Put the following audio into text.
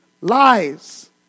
lies